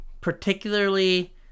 particularly